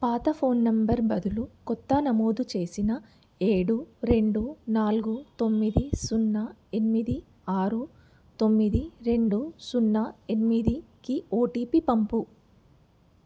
పాత phone number బదులు కొత్త నమోదు చేసిన ఏడు రెండు నాలుగు తొమ్మిది సున్నా ఎనిమిది ఆరు తొమ్మిది రెండు సున్నా ఎనిమిదికి ఓటీపీ పంపు